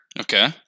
Okay